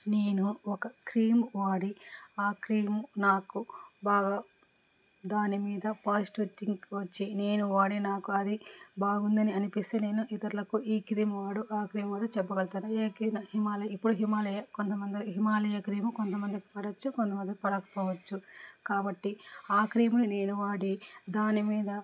నేను ఒక క్రీమ్ వాడి ఆ క్రీము నాకు బాగా దానిమీద పాజిటివ్ తింక్ వచ్చి నేను వాడే నాకు అది బాగుందని అనిపిస్తే నేను ఇతరులకు ఈ క్రీము వాడు ఆ క్రీం వాడు చెప్పగలతాను హిమాలయ ఇప్పుడు హిమాలయా కొంతమందిరి హిమాలయా క్రీము కొంతమందికి పడొచ్చు కొంతమందికి పడకపోవచ్చు కాబట్టి ఆ క్రీము నేను వాడి దాని మీద